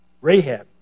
Rahab